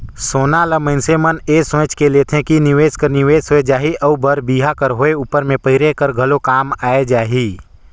सोना ल मइनसे मन ए सोंएच के लेथे कि निवेस कर निवेस होए जाही अउ बर बिहा कर होए उपर में पहिरे कर घलो काम आए जाही